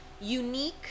unique